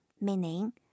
meaning